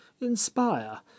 inspire